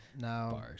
now